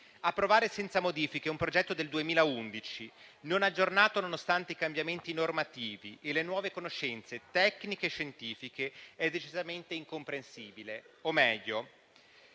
Approvare senza modifiche un progetto del 2011, non aggiornato nonostante i cambiamenti normativi e le nuove conoscenze tecniche e scientifiche, è decisamente incomprensibile. O meglio